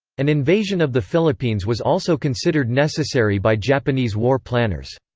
an invasion of the philippines was also considered necessary by japanese war planners.